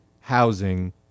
housing